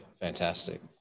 Fantastic